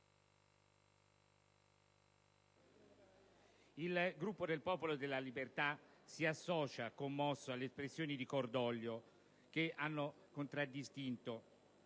il Gruppo del Popolo della Libertà si associa commosso alle espressioni di cordoglio che hanno contraddistinto